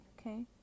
okay